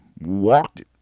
walked